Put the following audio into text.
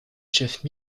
chefs